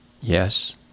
Yes